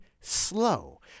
Slow